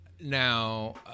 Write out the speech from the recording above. now